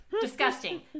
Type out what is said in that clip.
Disgusting